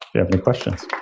you have any questions?